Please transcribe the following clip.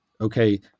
Okay